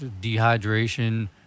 Dehydration